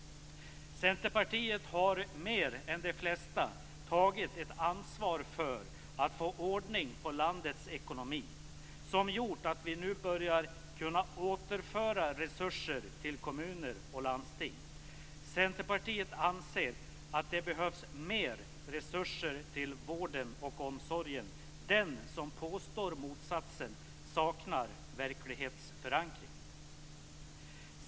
Centerpartiet har mer än de flesta tagit ett ansvar för att få ordning på landets ekonomi, vilket gjort att vi nu börjar kunna återföra resurser till kommuner och landsting. Centerpartiet anser att det behövs mer resurser till vården och omsorgen. Den som påstår motsatsen saknar verklighetsförankring.